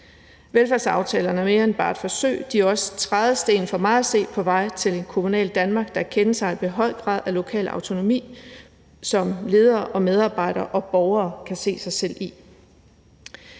Velfærdsaftalerne er mere end bare et forsøg. De er for mig at se også trædesten på vej til et kommunalt Danmark, der er kendetegnet ved en høj grad af lokal autonomi, som ledere og medarbejdere og borgere kan se sig selv i.